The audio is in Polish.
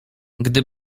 gdy